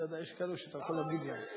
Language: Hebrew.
יש כאלה שאתה יכול, כמה ביקש?